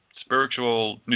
spiritual